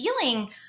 feeling